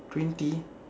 twenty